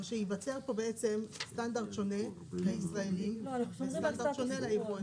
או שייווצר פה בעצם סטנדרט שונה לישראלים וסטנדרט שונה ליבואנים?